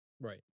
Right